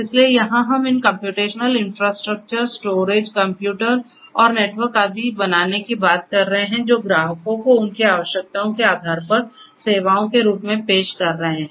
इसलिए यहां हम इन कम्प्यूटेशनल इन्फ्रास्ट्रक्चर स्टोरेज कंप्यूटर और नेटवर्क आदि बनाने की बात कर रहे हैं जो ग्राहकों को उनकी आवश्यकताओं के आधार पर सेवाओं के रूप में पेश कर रहे हैं